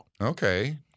Okay